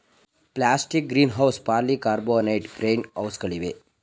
plastic greenhouse, polycarbonate green ಹೌಸ್ಗಳಿವೆ